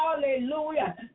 Hallelujah